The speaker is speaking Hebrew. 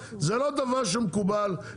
זה לא דבר שהוא מקובל.